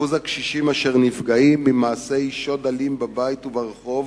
אחוז הקשישים אשר נפגעים ממעשי שוד אלים בבית וברחוב